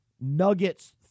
nuggets